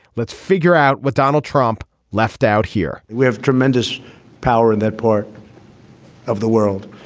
let's figure out what donald trump left out here we have tremendous power in that part of the world.